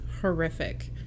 horrific